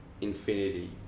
infinity